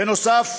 בנוסף,